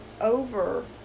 over